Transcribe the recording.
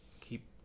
keep